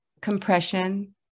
compression